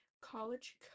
college